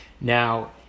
now